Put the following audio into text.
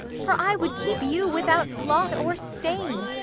for i would keep you without blot or stain,